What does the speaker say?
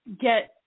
get